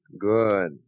Good